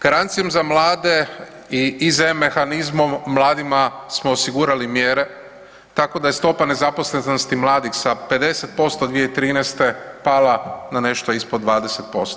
Garanciju za mlade iz e-mehanizmom mladima smo osigurali mjere tako da je stopa nezaposlenosti mladih sa 50% 2013. pala na nešto ispod 20%